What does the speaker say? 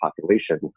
population